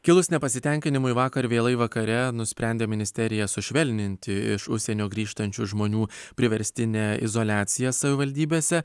kilus nepasitenkinimui vakar vėlai vakare nusprendė ministerija sušvelninti iš užsienio grįžtančių žmonių priverstinę izoliaciją savivaldybėse